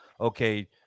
okay